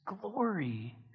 glory